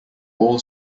all